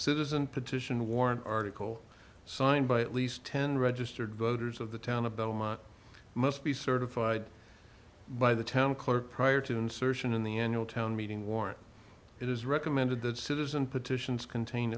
citizen petition warrant article signed by at least ten registered voters of the town of belmont must be certified by the town clerk prior to insertion in the n l town meeting warrant it is recommended that citizen petitions contain